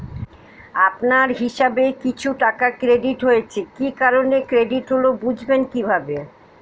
আপনার হিসাব এ কিছু টাকা ক্রেডিট হয়েছে কি কারণে ক্রেডিট হল বুঝবেন কিভাবে?